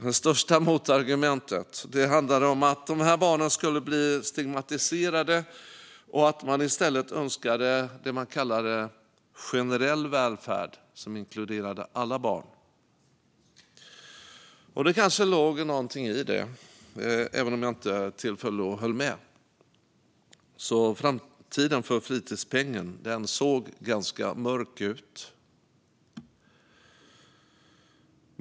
Det största motargumentet handlade om att dessa barn skulle bli stigmatiserade och att man i stället önskade vad man kallade en generell välfärd som inkluderade alla barn. Det kanske låg någonting i det, även om jag vid tillfället inte höll med. Framtiden för fritidspengen såg då ganska mörk ut.